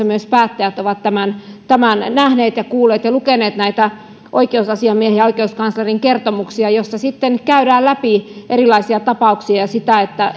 myös päättäjät täällä eduskunnassa ovat tämän nähneet ja kuulleet ja lukeneet näitä oikeusasiamiehen ja oikeuskanslerin kertomuksia joissa sitten käydään läpi erilaisia tapauksia ja sitä